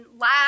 laugh